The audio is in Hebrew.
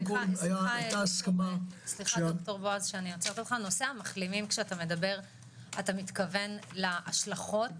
נושא המחלימים אתה מתכוון להשלכות?